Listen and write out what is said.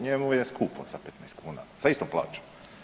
Njemu je skupo za 15 kuna sa istom plaćom.